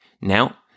now